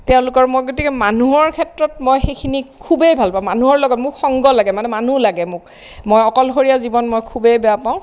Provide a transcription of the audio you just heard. তেওঁলোকৰ মই গতিকে মানুহৰ ক্ষেত্ৰত মই সেইখিনি খুবেই ভাল পাওঁ মানুহৰ লগত মোক সংগ লাগে মানে মানুহ লাগে মোক মই অকলশৰীয়া জীৱন মই খুবেই বেয়া পাওঁ